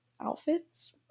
outfits